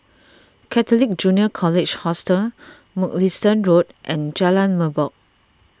Catholic Junior College Hostel Mugliston Road and Jalan Merbok